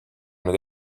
nüüd